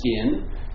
skin